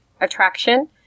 attraction